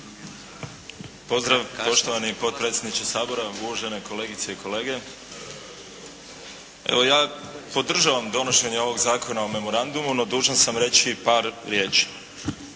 Pozdrav poštovani potpredsjedniče Sabora, uvažene kolegice i kolege! Evo ja, podržavam donošenje ovog zakona o memorandumu no, dužan sam reći par riječi.